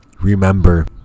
Remember